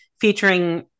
featuring